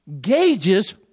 gauges